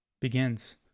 begins